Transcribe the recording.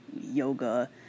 yoga